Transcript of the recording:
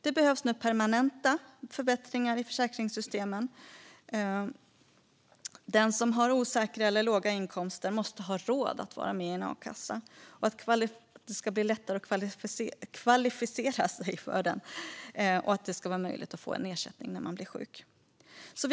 Det behövs permanenta förbättringar i försäkringssystemen så att även den som har osäkra eller låga inkomster har råd att vara med i a-kassan, kan kvalificera sig för den och har möjlighet att få ersättning vid sjukdom.